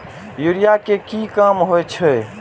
Urea के की काम होई छै?